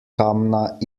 kamna